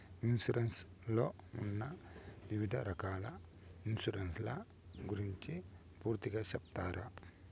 Insurance లో ఉన్న వివిధ రకాల ఇన్సూరెన్సు ల గురించి పూర్తిగా సెప్తారా?